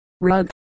rug